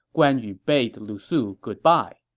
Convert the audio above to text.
guan yu bade lu su goodbye.